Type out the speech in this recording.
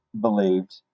believed